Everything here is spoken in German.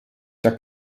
der